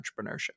entrepreneurship